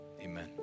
Amen